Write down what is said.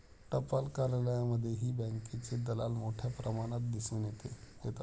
टपाल कार्यालयांमध्येही बँकेचे दलाल मोठ्या प्रमाणात दिसून येतात